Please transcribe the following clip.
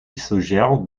suggère